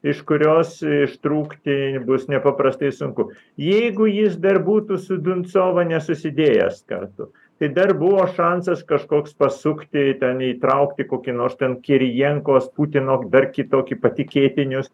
iš kurios ištrūkti bus nepaprastai sunku jeigu jis dar būtų su binsova nesusidėjęs kartu tai dar buvo šansas kažkoks pasukti ten įtraukti kokį nors ten karijenkos putino dar kitokį patikėtinius